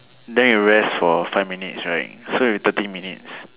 then you rest for five minutes right so you thirty minutes